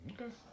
Okay